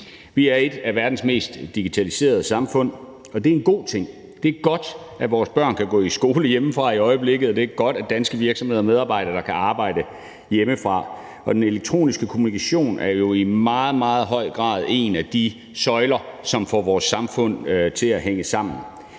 Vi er et af verdens mest digitaliserede samfund, og det er en god ting; det er godt, at vores børn kan gå i skole hjemmefra i øjeblikket, og det er godt, at danske virksomheder har medarbejdere, der kan arbejde hjemmefra. Og den elektroniske kommunikation er jo i meget, meget høj grad en af de søjler, som får vores samfund til at hænge sammen.